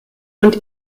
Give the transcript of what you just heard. und